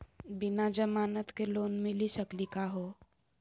बिना जमानत के लोन मिली सकली का हो?